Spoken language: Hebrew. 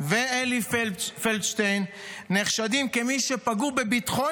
ואלי פלדשטיין נחשדים כמי שפגעו בביטחון